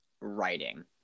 writing